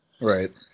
Right